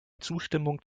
zustimmung